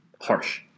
harsh